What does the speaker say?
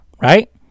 right